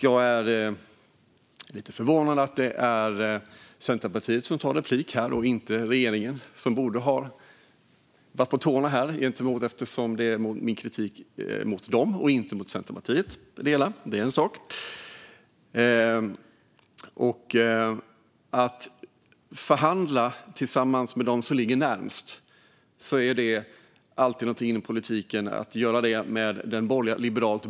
Jag är lite förvånad att det är Centerpartiet som tar replik på mig och inte regeringspartiet, som borde ha varit på tårna eftersom min kritik riktades mot dem och inte mot Centerpartiet. Att förhandla tillsammans med dem som ligger närmast är någonting man gör inom politiken.